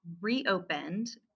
reopened